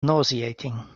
nauseating